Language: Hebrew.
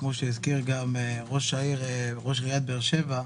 כפי שהזכיר גם ראש עיריית באר שבע,